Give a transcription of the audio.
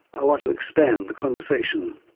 i want to expand the conversation.